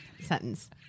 Sentence